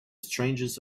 strangest